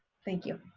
thank you.